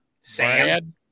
Sam